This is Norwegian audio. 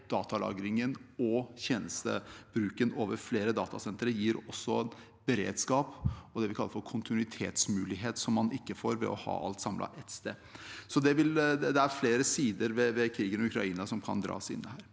datalagringen og tjenestebruken over flere datasentre gir også beredskap og det vi kaller for kontinuitetsmulighet, noe som man ikke får ved å ha alt samlet på ett sted. Så det er flere sider ved krigen i Ukraina som kan dras inn her.